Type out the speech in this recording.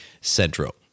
Central